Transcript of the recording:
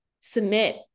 submit